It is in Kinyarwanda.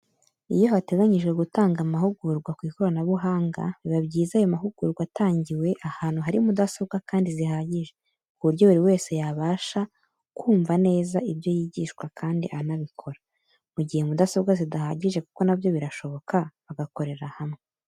Iyo hateganyijwe gutanga amahugurwa ku ikoranabuhanga biba byiza iyo ayo mahugurwa atangiwe ahantu hari mudasobwa kandi zihagije ku buryo buri wese yabasha kumva neza ibyo yigishwa kandi anabikora. Mu gihe mudasobwa zidahagije kuko na byo birashoboka, bagakorera hamwe.